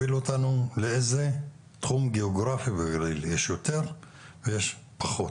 להוביל אותנו לאיזה תחום גיאוגרפי בגליל יש יותר ויש פחות,